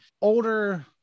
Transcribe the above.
older